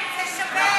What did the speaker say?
זה שווה.